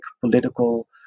political